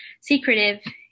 secretive